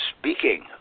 speaking